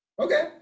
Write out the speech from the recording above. Okay